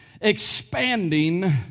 expanding